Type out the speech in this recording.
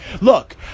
Look